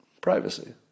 Privacy